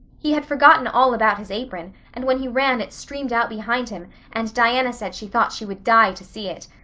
he had forgotten all about his apron and when he ran it streamed out behind him and diana said she thought she would die to see it.